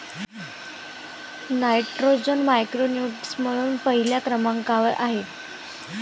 nitrogen macronutrient म्हणून पहिल्या क्रमांकावर आहे